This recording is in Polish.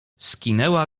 skinęła